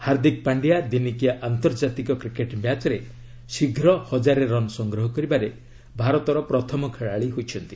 ହାର୍ଦ୍ଦିକ୍ ପାଣ୍ଡିଆ ଦିନିକିଆ ଆନ୍ତର୍ଜାତିକ କ୍ରିକେଟ୍ ମ୍ୟାଚ୍ରେ ଶୀଘ୍ର ହଜାରେ ରନ୍ ସଂଗ୍ରହ କରିବାରେ ଭାରତର ପ୍ରଥମ ଖେଳାଳି ହୋଇଛନ୍ତି